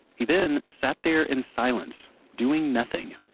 he then sat there in silence, doing nothing,